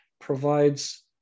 provides